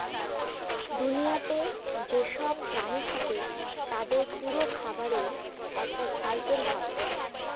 দুনিয়াতে যেসব প্রাণী থাকে তাদের পুরো খাবারের একটা সাইকেল হয়